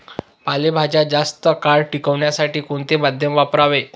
पालेभाज्या जास्त काळ टिकवण्यासाठी कोणते माध्यम वापरावे?